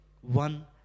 one